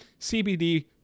CBD